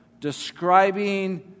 describing